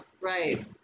Right